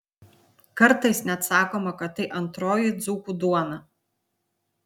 kartais net sakoma kad tai antroji dzūkų duona